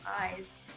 eyes